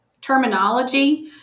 terminology